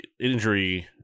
injury